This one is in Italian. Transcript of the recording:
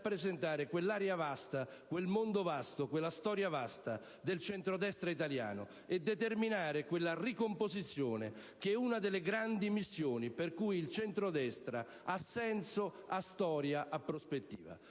rappresentare quell'area vasta, quel mondo vasto, quella storia vasta del centrodestra italiano e di determinare quella ricomposizione che è una delle grandi missioni per cui il centrodestra ha senso, storia e prospettiva.